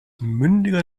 mündiger